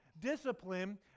discipline